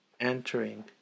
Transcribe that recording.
entering